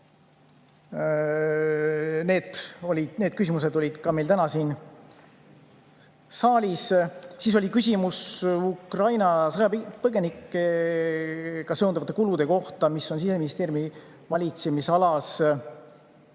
Need küsimused kõlasid ka täna siin saalis. Siis oli küsimus Ukraina sõjapõgenikega seonduvate kulude kohta, mis on Siseministeeriumi valitsemisalas.